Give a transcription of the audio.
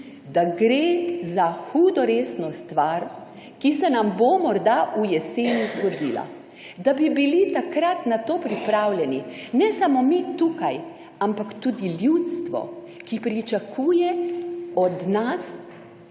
da gre za hudo resno stvar, ki se nam bo morda v jeseni zgodila. Da bi bili takrat na to pripravljeni, ne samo mi tukaj, ampak tudi ljudstvo, ki pričakuje od nas